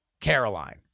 Caroline